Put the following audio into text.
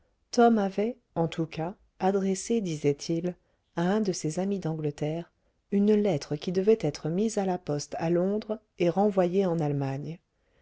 tom avait en tout cas adressé disait-il à un de ses amis d'angleterre une lettre qui devait être mise à la poste à londres et renvoyée en allemagne